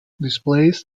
displays